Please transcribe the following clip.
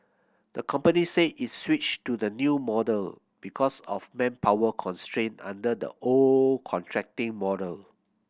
the company said it's switched to the new model because of manpower constraint under the old contracting model